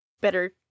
better